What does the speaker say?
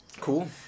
cool